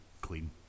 clean